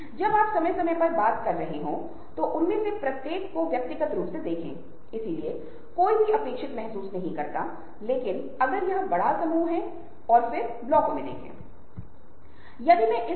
लेकिन वे सूचनाओं की नहीं बल्कि वस्तुओं और उत्पादों का आदान प्रदान करते हैं लोगों के बीच संज्ञानात्मक या भावनात्मक घटकों के लिए कहने और देने के लिए नहीं है जो कि नेटवर्किंग के बारे में है